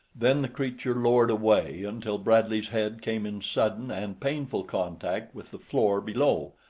then the creature lowered away until bradley's head came in sudden and painful contact with the floor below,